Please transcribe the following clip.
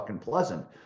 pleasant